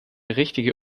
richtige